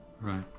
right